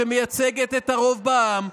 שמייצגת את הרוב בעם,